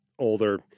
Older